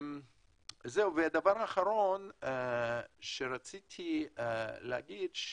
דבר אחרון שרציתי להגיד,